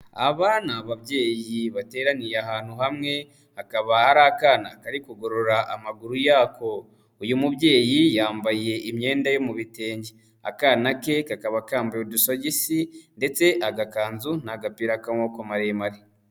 Aba ni ababyeyi bateraniye ahantu hamwe, hakaba hari akana kari kugorora amaguru yako, uyu mubyeyi yambaye imyenda yo mu bitenge, akana ke kakaba kambaye udusogisi ndetse agakanzu n'agapira k'amaboko maremare.